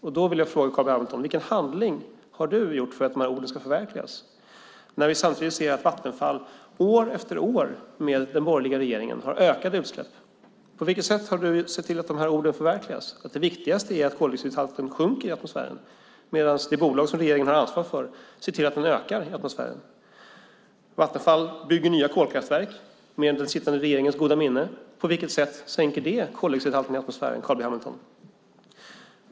Vad har Carl B Hamilton gjort för att dessa ord ska förverkligas när vi ser att Vattenfall år efter år har ökat sina utsläpp under den borgerliga regeringen? På vilket sätt har Carl B Hamilton sett till att orden om att det viktigaste är att koldioxidhalten i atmosfären sjunker har förverkligats när det bolag som regeringen har ansvar för ser till att den hela tiden ökar? Vattenfall bygger nya kolkraftverk med den sittande regeringens goda minne. På vilket sätt sänker det koldioxidhalten i atmosfären, Carl B Hamilton?